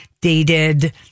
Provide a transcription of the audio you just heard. dated